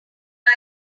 buy